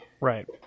Right